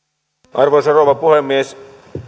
arvoisa rouva puhemies